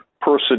person